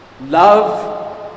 Love